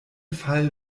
fall